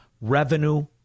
Revenue